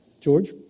George